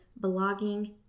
blogging